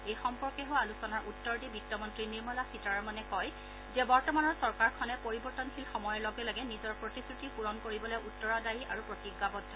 এই সম্পৰ্কে হোৱা আলোচনাৰ উত্তৰ দি বিওমন্ত্ৰী নিৰ্মলা সীতাৰমনে কয় যে বৰ্তমানৰ চৰকাৰখনে পৰিৱৰ্তনশীল সময়ৰ লগে লগে নিজৰ প্ৰতিশ্ৰুতি পূৰণ কৰিবলৈ উত্তৰদায়ী আৰু প্ৰতিজ্ঞাবদ্ধ